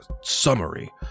summary